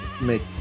make